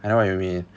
I know what you mean